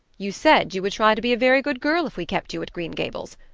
you said you would try to be a very good girl if we kept you at green gables,